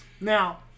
Now